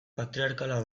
patriarkala